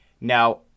Now